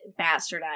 bastardized